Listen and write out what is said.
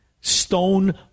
Stone